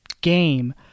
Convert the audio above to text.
game